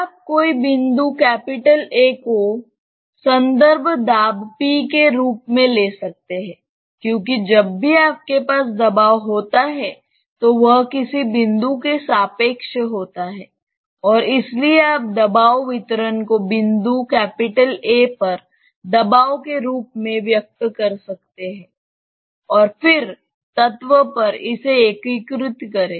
आप कोई बिंदु A को संदर्भ दाब p के रूप में ले सकते हैं क्योंकि जब भी आपके पास दबाव होता है तो वह किसी बिंदु के सापेक्ष होता है और इसलिए आप दबाव वितरण को बिंदु A पर दबाव के रूप में व्यक्त कर सकते हैं और फिर तत्व पर इसे एकीकृत करें